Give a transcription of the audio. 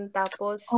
tapos